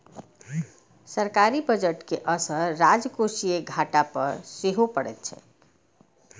सरकारी बजट के असर राजकोषीय घाटा पर सेहो पड़ैत छैक